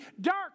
dark